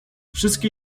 wszystkie